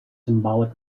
symbolic